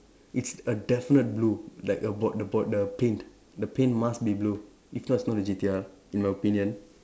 it's a definite blue like about the about the paint the paint must be blue if not it's not a G_T_R in my opinion